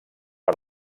per